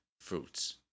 Fruits